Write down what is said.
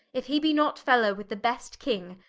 if he be not fellow with the best king,